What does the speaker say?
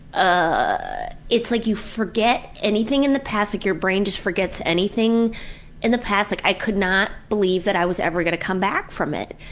ah. it's like you forget anything in the past. like your brain just forgets anything in the past. like i could not believe that i was ever going to come back from it.